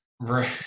Right